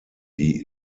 die